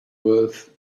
worth